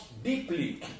Deeply